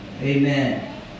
Amen